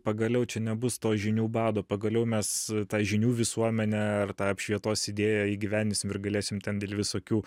pagaliau čia nebus to žinių bado pagaliau mes tą žinių visuomenę ar tą apšvietos idėją įgyvendinsim ir galėsim ten dėl visokių